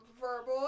verbal